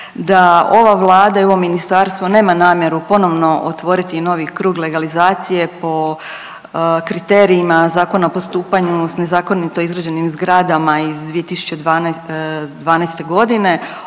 da ova Vlada i ovo Ministarstvo nema namjeru ponovno otvoriti novi krug legalizacije po kriterijima Zakona o postupanju s nezakonito izgrađenim zgradama iz 2012. g.,